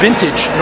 Vintage